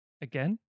Again